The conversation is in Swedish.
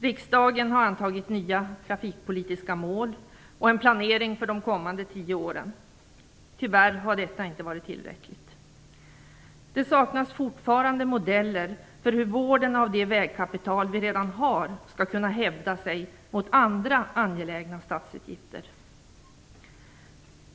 Riksdagen har antagit nya trafikpolitiska mål och en planering för de kommande tio åren. Tyvärr har detta inte varit tillräckligt. Det saknas fortfarande modeller för hur vården av det vägkapital vi redan har skall kunna hävda sig mot andra angelägna statsutgifter.